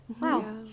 Wow